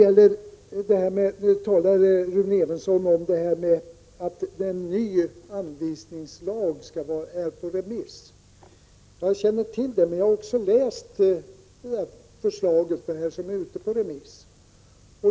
Rune Evensson talade om att en ny anvisningslag är på remiss. Jag känner till den och har också läst förslaget som är ute på remiss.